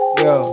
yo